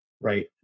right